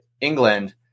England